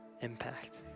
impact